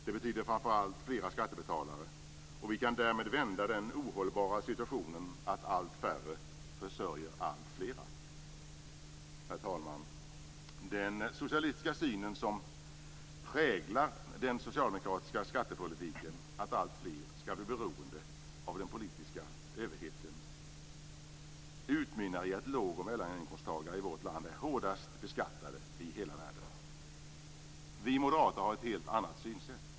Det betyder framför allt fler skattebetalare. Vi kan därmed vända den ohållbara situationen att allt färre försörjer alltfler. Herr talman! Den socialistiska syn som präglar den socialdemokratiska skattepolitiken, att alltfler skall bli beroende av den politiska överheten, utmynnar i att låg och medelinkomsttagare i vårt land är hårdast beskattade i hela världen. Vi moderater har ett helt annat synsätt.